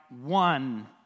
one